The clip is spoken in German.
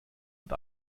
und